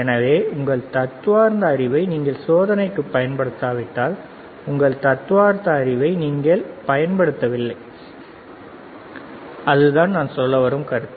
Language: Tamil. எனவே உங்கள் தத்துவார்த்த அறிவை நீங்கள் சோதனைக்கு பயன்படுத்தாவிட்டால் உங்கள் தத்துவார்த்த அறிவை நீங்கள் உபயோகிக்கவில்லை அதுதான் நான் சொல்ல வரும் கருத்து